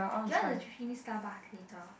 do you wanna try drinking Starbucks later